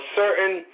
certain